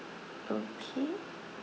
okay